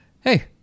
Hey